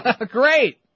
Great